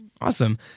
Awesome